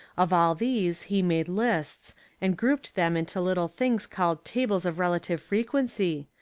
of all these he made lists and grouped them into little things called ta bles of relative frequency,